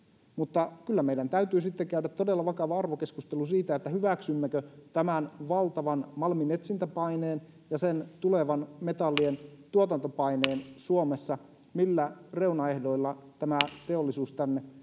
mutta kyllä meidän täytyy sitten käydä todella vakava arvokeskustelu siitä hyväksymmekö tämän valtavan malminetsintäpaineen ja tulevan metallien tuotantopaineen suomessa millä reunaehdoilla tämä teollisuus tänne